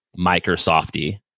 Microsofty